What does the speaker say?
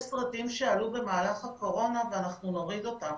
יש סרטים שעלו במהלך הקורונה ואנחנו נוריד אותם,